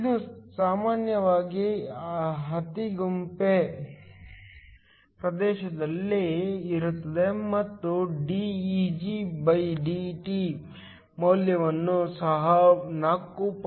ಇದು ಸಾಮಾನ್ಯವಾಗಿ ಅತಿಗೆಂಪು ಪ್ರದೇಶದಲ್ಲಿ ಇರುತ್ತದೆ ಮತ್ತು d EgdT ಮೌಲ್ಯವನ್ನು ಸಹ 4